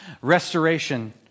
Restoration